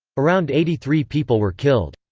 around eighty three people were killed.